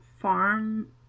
farm